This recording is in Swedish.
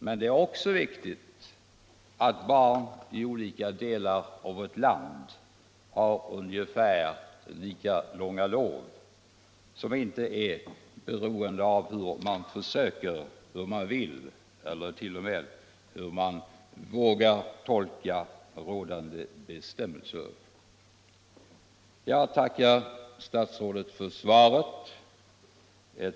Men det är också viktigt att barn i olika delar av vårt land har ungefär lika långa lov som inte är beroende av hur man försöker, hur man vill celler t.o.m. hur man vågar tolka gällande bestämmelser. Nr 13 Jag tackar statsrådet för svaret.